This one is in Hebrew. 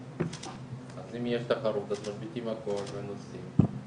אז אם יש תחרות אז מעמיסים הכול ונוסעים,